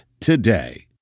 today